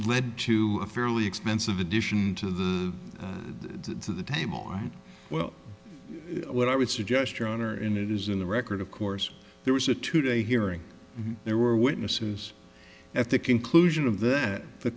led to a fairly expensive addition to the to the table and well what i would suggest your honor in it is in the record of course there was a two day hearing there were witnesses at the conclusion of this th